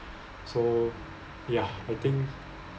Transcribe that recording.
so ya I think